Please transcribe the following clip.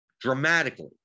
Dramatically